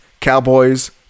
cowboys